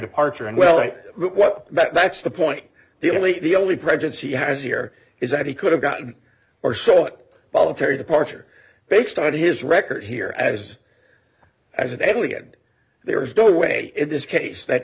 departure and well like what that's the point the only the only pregnant she has here is that he could have gotten or so voluntary departure based on his record here as as a deadly and there is no way in this case that